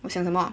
我想什么